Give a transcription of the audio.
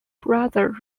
brother